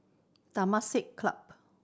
Temasek Club